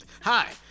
Hi